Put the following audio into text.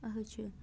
اَکھ حظ چھُ